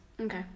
Okay